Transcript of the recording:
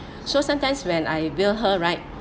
so sometimes when I wheel her right